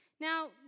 Now